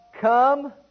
Come